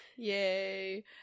Yay